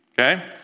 okay